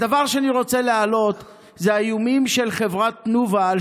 הדבר שאני רוצה להעלות זה האיומים של חברת תנובה על